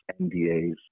NDAs